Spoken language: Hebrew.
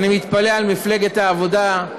אני מתפלא על מפלגת העבודה,